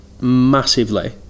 massively